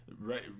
Right